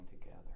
together